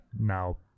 now